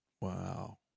Wow